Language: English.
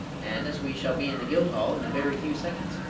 and, as we shall be in the guildhall in a very few seconds,